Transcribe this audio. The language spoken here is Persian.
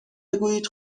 بگویید